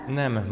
nem